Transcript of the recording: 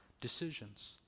decisions